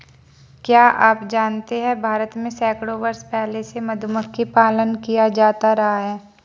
क्या आप जानते है भारत में सैकड़ों वर्ष पहले से मधुमक्खी पालन किया जाता रहा है?